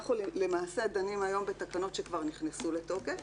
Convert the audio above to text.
אנחנו למעשה דנים היום בתקנות שכבר נכנסו לתוקף,